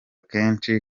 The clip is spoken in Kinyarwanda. kenshi